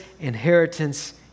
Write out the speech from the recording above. inheritance